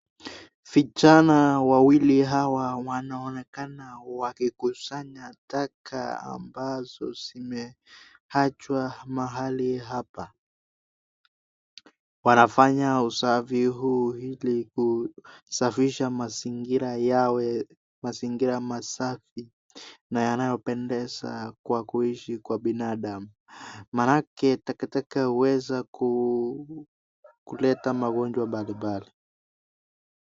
Vijana wawili hawa wanaonekana wakikusanya taka ambazo zimeachwa mahali hapa. Wanafanya usafi huu ili kusafisha mazingira yawe mazingira masafi na yanayopendeza kwa kuishi kwa binadamu. Maanake takataka huweza kuleta magonjwa mbalimbali.